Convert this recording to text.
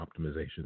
optimization